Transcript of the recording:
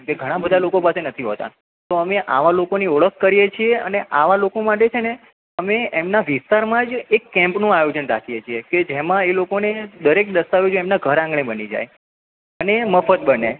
તે ઘણાં બધા લોકો પાસે નથી હોતા તો અમે આવાં લોકોની ઓળખ કરીએ છીએ અને આવાં લોકો માટે છે ને અમે એમનાં વિસ્તારમાં જ એક કેમ્પનું આયોજન રાખીએ છીએ કે જેમાં એ લોકોને દરેક દસ્તાવેજો એમનાં ઘર આંગણે બની જાય અને એ મફત બને